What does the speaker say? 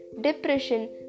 depression